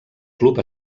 club